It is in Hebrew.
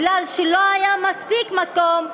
מכיוון שלא היה מספיק מקום,